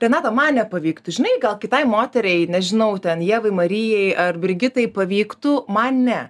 renata man nepavyktų žinai gal kitai moteriai nežinau ten ievai marijai ar brigitai pavyktų man ne